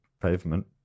pavement